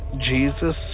Jesus